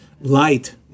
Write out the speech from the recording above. light